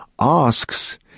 asks